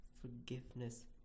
forgiveness